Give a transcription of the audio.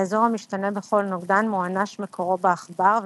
האזור המשתנה בכל נוגדן מואנש מקורו בעכבר,